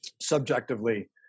subjectively